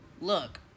look